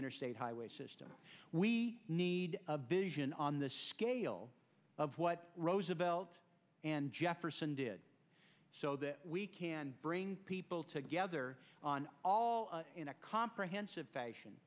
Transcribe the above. interstate highway system we need a vision on the scale of what roosevelt and jefferson did so that we can bring people together on all in a comprehensive fashion